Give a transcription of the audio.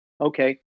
Okay